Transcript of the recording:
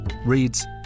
reads